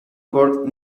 court